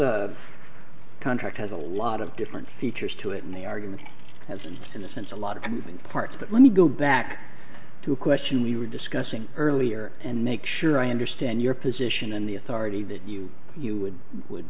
this contract has a lot of different features to it and the argument has been in a sense a lot of moving parts but when we go back to a question we were discussing earlier and make sure i understand your position and the authority that you you would would